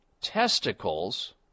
testicles